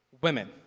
Women